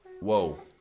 Whoa